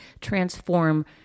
transform